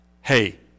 hey